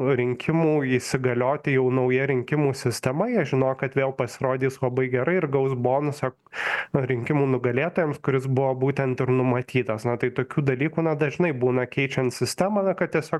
rinkimų įsigalioti jau nauja rinkimų sistema jie žinojo kad vėl pasirodys labai gerai ir gaus bonusą rinkimų nugalėtojams kuris buvo būtent ir numatytas na tai tokių dalykų na dažnai būna keičiant sistemą na kad tiesiog